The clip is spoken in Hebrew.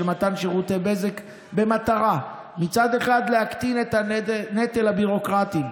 מתן שירותי בזק במטרה להקטין את הנטל הביורוקרטי,